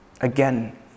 Again